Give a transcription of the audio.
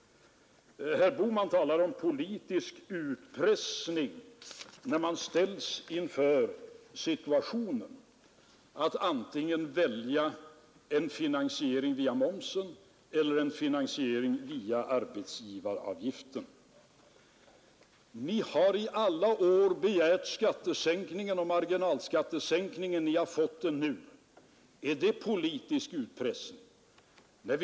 Herr Bohman talar om politisk utpressning när han ställs i situationen att välja mellan en finansiering via momsen och en finansiering via arbetsgivaravgiften. Ni har i alla år begärt en sänkning av marginalskatten. Ni har fått den nu. Är det politisk utpressning?